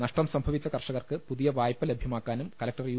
നഷ്ടം സംഭവിച്ച കർഷ കർക്ക് പുതിയ വായ്പ ലഭ്യമാക്കാനും കലക്ടർ യു